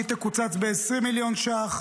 היא תקוצץ ב-20 מיליון ש"ח.